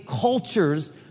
cultures